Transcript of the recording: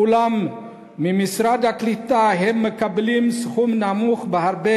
אולם ממשרד הקליטה הם מקבלים סכום נמוך בהרבה